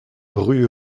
rue